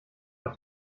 auf